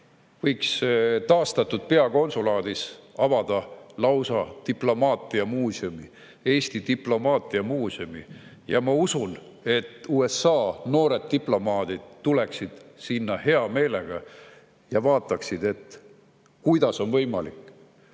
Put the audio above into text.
võiks taastatud peakonsulaadis avada lausa Eesti diplomaatia muuseumi. Ma usun, et USA noored diplomaadid tuleksid sinna hea meelega ja vaataksid, kuidas on võimalik